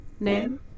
Name